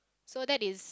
so that is